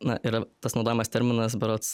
na yra tas naudojamas terminas berods